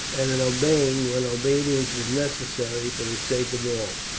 and in obeying when obedience is necessary for the sake of all.